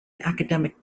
academic